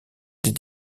des